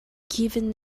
given